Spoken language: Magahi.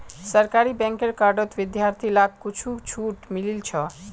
सरकारी बैंकेर कार्डत विद्यार्थि लाक कुछु छूट मिलील छ